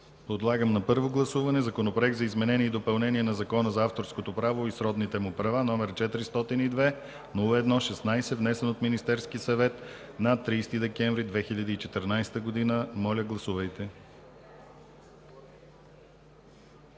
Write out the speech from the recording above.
Подлагам на първо гласуване Законопроект за изменение и допълнение на Закона за авторското право и сродните му права, № 402-01-16, внесен от Министерския съвет на 30 декември 2014 г. Гласували